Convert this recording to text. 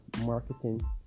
marketing